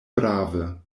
brave